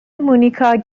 مونیکا